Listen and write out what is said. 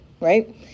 right